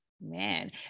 man